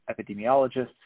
epidemiologists